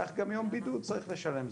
כך גם יום בידוד צריך לשלם.